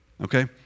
Okay